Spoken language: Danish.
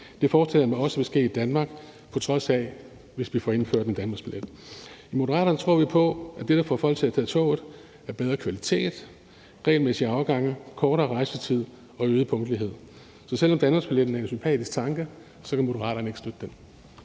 Det forestiller jeg mig også vil ske i Danmark, selv om vi får indført en danmarksbillet. I Moderaterne tror vi på, at det, der får folk til at tage toget, er bedre kvalitet, regelmæssige afgange, kortere rejsetid og øget punktlighed. Så selv om danmarksbilletten er en sympatisk tanke, kan Moderaterne ikke støtte